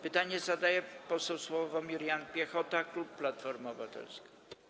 Pytanie zadaje poseł Sławomir Jan Piechota, klub Platforma Obywatelska.